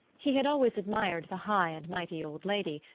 he had always admired the high and mighty old lady,